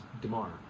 DeMar